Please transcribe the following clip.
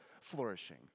flourishing